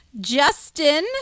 Justin